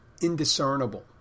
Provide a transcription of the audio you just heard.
indiscernible